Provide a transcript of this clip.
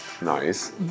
Nice